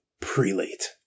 prelate